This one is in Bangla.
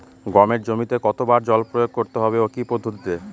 গমের জমিতে কতো বার জল প্রয়োগ করতে হবে ও কি পদ্ধতিতে?